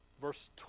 Verse